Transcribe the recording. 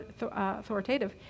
authoritative